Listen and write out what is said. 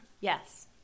Yes